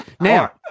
Now